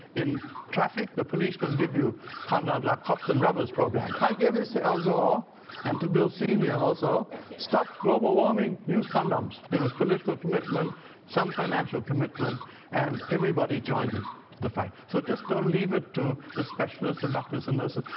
in traffic, the policemen give you condoms our cops and rubbers programs. i gave this to al gore and to bill senior also stop global warming, use condoms. there was political commitment some financial commitment and everybody joined in the fight. so don't leave it to the specialists and doctors and nurses.